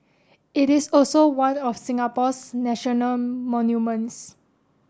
it is also one of Singapore's national monuments